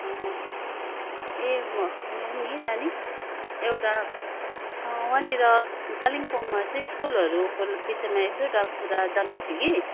ए म नु नि नानी एउटा वहाँनिर कालिम्पोङमा चाहिँ स्कुलहरूको विषयमा एक दुईवटा कुरा जान्नु थियो कि